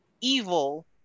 evil